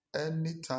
Anytime